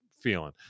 feeling